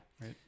Right